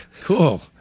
cool